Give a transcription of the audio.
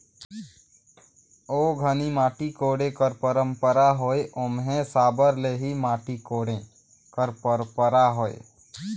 ओ घनी माटी कोड़े कर पंरपरा होए ओम्हे साबर ले ही माटी कोड़े कर परपरा होए